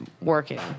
working